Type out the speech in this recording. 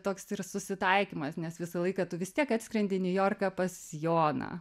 toks susitaikymas nes visą laiką tu vis tiek atskrendi niujorką pas joną